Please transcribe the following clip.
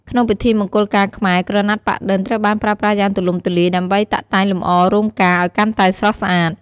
ក្នុងពិធីមង្គលការខ្មែរ ក្រណាត់ប៉ាក់-ឌិន ត្រូវបានប្រើប្រាស់យ៉ាងទូលំទូលាយ ដើម្បីតាក់តែងលម្អរោងការឱ្យកាន់តែស្រស់ស្អាត។